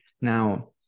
Now